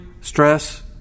stress